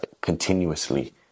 continuously